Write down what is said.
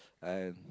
uh and